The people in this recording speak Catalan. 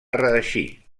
reeixir